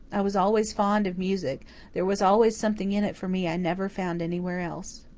i was always fond of music there was always something in it for me i never found anywhere else.